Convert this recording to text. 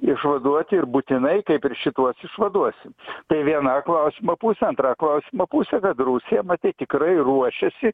išvaduoti ir būtinai kaip ir šituosius vaduosim tai viena klausimo pusė antra klausimo pusė kad rusija matyt tikrai ruošiasi